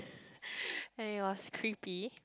and it was creepy